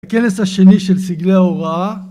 הכנס השני של סגלי ההוראה